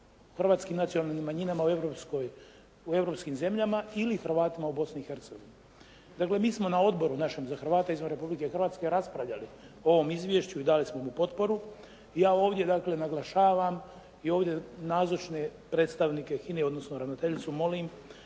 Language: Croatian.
hrvatskim nacionalnim manjinama u europskim zemljama ili Hrvatima u Bosni i Hercegovini. Dakle, mi smo na Odboru našem za Hrvate izvan Republike Hrvatske raspravljali o ovom izvješću i dali smo mu potporu i ja ovdje dakle naglašavam i ovdje nazočne predstavnike HINA-e, odnosno ravnateljicu molim